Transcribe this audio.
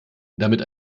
damit